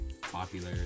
popular